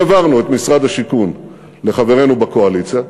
העברנו את משרד השיכון לחברינו בקואליציה.